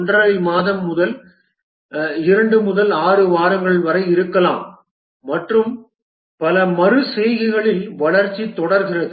5 மாதம் 2 முதல் 6 வாரங்கள் வரை இருக்கலாம் மற்றும் பல மறு செய்கைகளில் வளர்ச்சி தொடர்கிறது